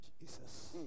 Jesus